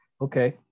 Okay